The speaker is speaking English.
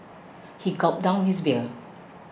he gulped down his beer